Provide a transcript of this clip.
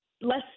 less